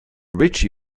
ricci